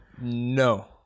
No